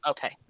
Okay